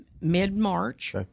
mid-March